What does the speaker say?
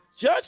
Judge